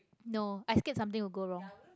no i scared something will go wrong